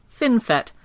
FinFET